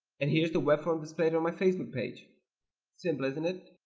and here's the web form displayed on my facebook page simple, isn't it?